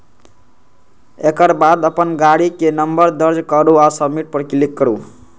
एकर बाद अपन गाड़ीक नंबर दर्ज करू आ सबमिट पर क्लिक करू